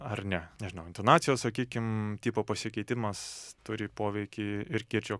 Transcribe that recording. ar ne nežinau intonacijos sakykim tipo pasikeitimas turi poveikį ir kirčio